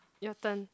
your turn